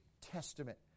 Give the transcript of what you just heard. testament